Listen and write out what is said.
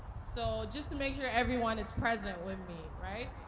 so just to make sure everyone is present with me. right?